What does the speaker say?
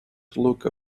look